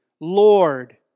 Lord